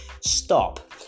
Stop